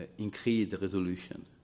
ah increase the resolution.